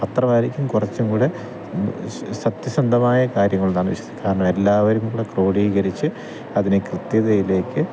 പത്രമായിരിക്കും കുറച്ചുംകൂടെ സത്യസന്ധമായ കാര്യങ്ങൾ ഉണ്ടാവുമെന്ന് വിശ്വാസിക്കു കാരണം എല്ലാവരുംകൂടെ ക്രോഡീകരിച്ച് അതിനെ കൃത്യതയിലേക്ക്